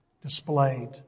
displayed